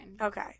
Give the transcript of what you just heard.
Okay